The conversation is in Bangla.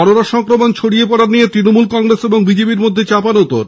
করোনা সংক্রমণ ছড়িয়ে পড়া নিয়ে তৃণমূল কংগ্রেস ও বিজেপির মধ্যে চাপানউতোর